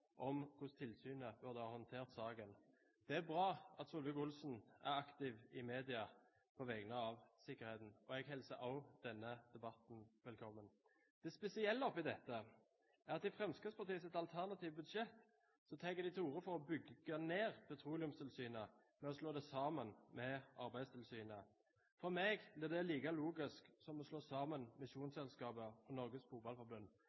om hvordan tilsynet burde ha håndtert saken. Det er bra at Solvik-Olsen er aktiv i media på vegne av sikkerheten. Jeg hilser også denne debatten velkommen. Det spesielle oppe i dette er at Fremskrittspartiet i sitt alternative budsjett tar til orde for å bygge ned Petroleumstilsynet ved å slå det sammen med Arbeidstilsynet. For meg blir dette like lite logisk som å slå sammen